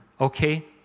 Okay